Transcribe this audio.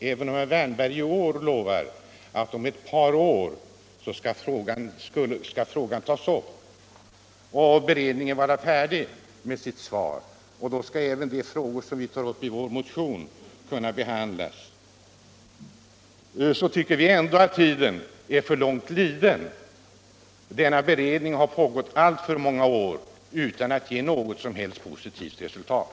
Även om herr Wärnberg i år lovat att frågan skall tas upp i beredningen och att denna skall vara färdig med sitt svar om ett par år och att då även de frågor som vi har tagit upp i vår motion skall kunna behandlas, tycker vi att tiden är för långt liden. Denna beredning har pågått i alltför många år utan att den gett något som helst positivt resultat.